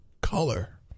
Color